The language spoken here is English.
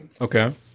Okay